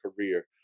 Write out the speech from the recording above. career